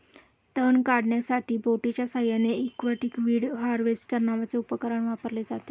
तण काढण्यासाठी बोटीच्या साहाय्याने एक्वाटिक वीड हार्वेस्टर नावाचे उपकरण वापरले जाते